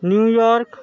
New York